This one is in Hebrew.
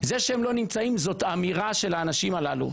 זה שהם לא נמצאים זאת אמירה של האנשים הללו,